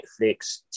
Netflix